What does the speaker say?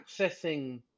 accessing